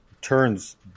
turns